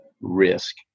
risk